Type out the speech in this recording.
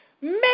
Make